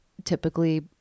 Typically